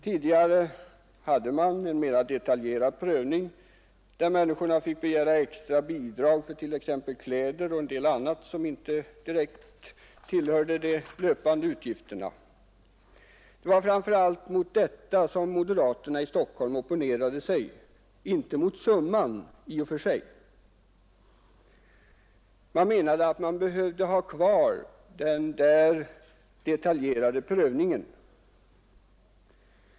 Tidigare hade tillämpats en mera detaljerad prövning, där de sökande fick begära extra bidrag för t.ex. kläder och en del annat som inte direkt hörde till de löpande utgifterna. Det var framför allt mot detta som moderaterna i Stockholm opponerade sig, inte mot beloppet i och för sig. Man menade att den detaljerade prövningen behövde finnas kvar.